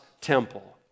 temple